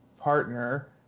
partner